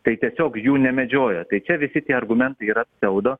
tai tiesiog jų nemedžioja tai čia visi tie argumentai yra pseudo